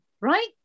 right